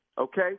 okay